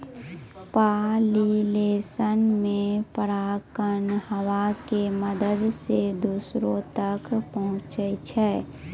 pollination मे परागकण हवा के मदत से दोसरो तक पहुचै छै